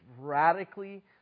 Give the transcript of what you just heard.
radically